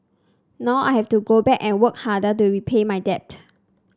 now I have to go back and work harder to repay my debt